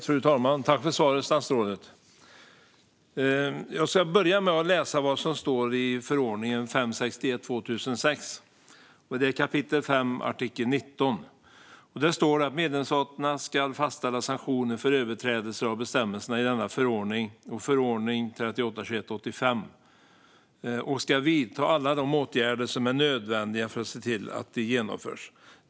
Fru talman! Tack, statsrådet, för svaret! Jag ska börja med att läsa vad som står i förordningen 561 85 och skall vidta alla de åtgärder som är nödvändiga för att se till att de genomförs.